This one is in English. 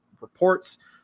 reports